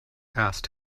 asked